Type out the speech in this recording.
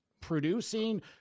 producing